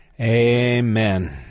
Amen